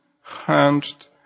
hunched